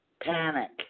panic